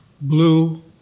blue